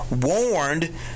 warned